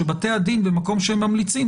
שבתי הדין במקום שהם ממליצים,